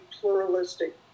pluralistic